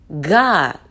God